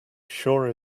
sure